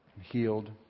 healed